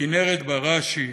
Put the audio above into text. כינרת בראשי,